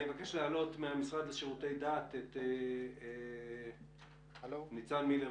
אני מבקש להעלות מהמשרד לשירותי דת את ניצן מילר,